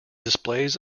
displays